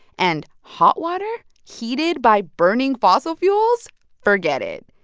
and hot water heated by burning fossil fuels forget it.